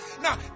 now